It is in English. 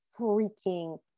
freaking